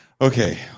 okay